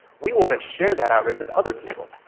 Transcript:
we want to share that outrage with other people.